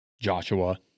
Joshua